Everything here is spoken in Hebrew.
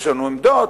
יש לנו עמדות,